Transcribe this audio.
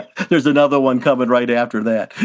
there's another one covered right after that.